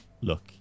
Look